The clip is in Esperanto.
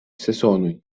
sezonoj